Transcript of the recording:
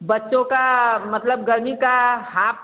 बच्चों का मतलब गर्मी का हाफ